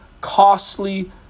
costly